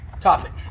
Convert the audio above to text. topic